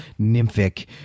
nymphic